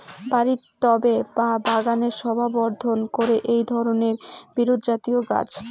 বাড়ির টবে বা বাগানের শোভাবর্ধন করে এই ধরণের বিরুৎজাতীয় গাছ